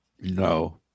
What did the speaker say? No